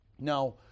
Now